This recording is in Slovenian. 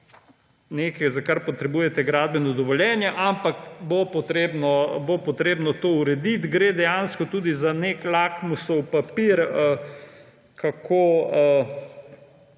nekaj, za kar potrebujete gradbeno dovoljenje, ampak bo treba to urediti. Gre dejansko tudi za nek lakmusov papir, kako